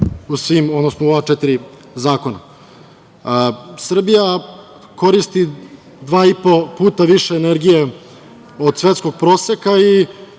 u svim, odnosno u ova četiri zakona. Srbija koristi 2,5 puta više energije od svetskog proseka i